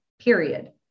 period